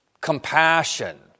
compassion